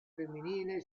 femminile